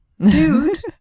dude